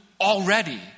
already